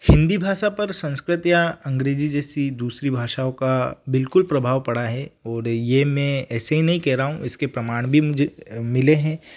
हिंदी भाषा पर संस्कृत या अंग्रेजी जैसी दूसरी भाषाओं का बिल्कुल प्रभाव पड़ा है और ये मैं ऐसे ही नहीं कह रहा हूँ इसके प्रमाण भी मुझे मिले हैं